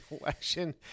election